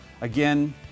Again